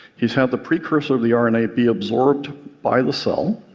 he's had the precursor of the ah rna be absorbed by the cell